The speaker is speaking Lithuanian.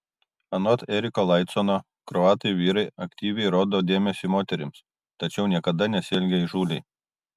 anot eriko laicono kroatai vyrai aktyviai rodo dėmesį moterims tačiau niekada nesielgia įžūliai